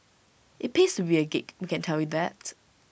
IT pays to be A geek we can tell you that